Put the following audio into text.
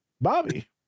Bobby